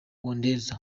wanderers